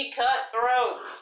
cutthroat